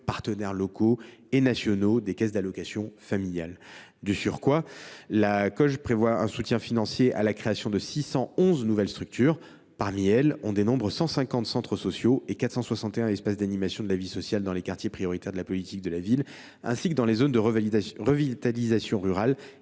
partenaires locaux et nationaux des caisses d’allocations familiales. De surcroît, la COG prévoit un soutien financier à la création de 611 nouvelles structures, dont 150 centres sociaux et 461 espaces d’animation de la vie sociale dans les quartiers prioritaires de la politique de la ville ainsi que dans les zones de revitalisation rurale